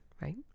right